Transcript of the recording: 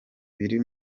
biri